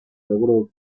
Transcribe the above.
logró